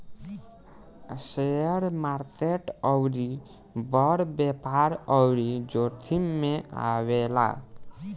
share market अउरी बड़ व्यापार अउरी जोखिम मे आवेला